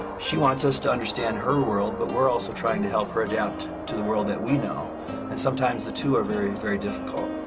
she wants us to understand her world but we're also trying to help her adapt to the world that we know and sometimes the two are very, very difficult.